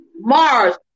Mars